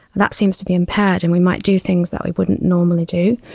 that seems to be impaired and we might do things that we wouldn't normally do.